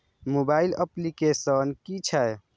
Mobile application कि छै?